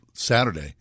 Saturday